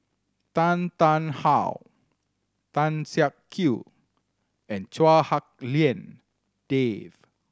Tan Tarn How Tan Siak Kew and Chua Hak Lien Dave